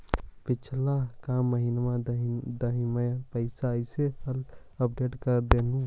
पिछला का महिना दमाहि में पैसा ऐले हाल अपडेट कर देहुन?